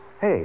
Hey